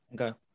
Okay